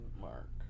Mark